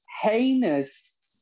heinous